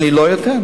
אני לא אתן.